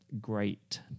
great